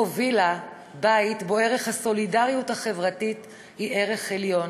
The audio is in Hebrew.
הובילה בית שבו ערך הסולידריות החברתית הוא ערך עליון.